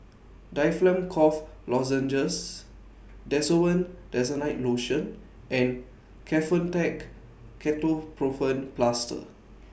Difflam Cough Lozenges Desowen Desonide Lotion and Kefentech Ketoprofen Plaster